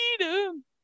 freedom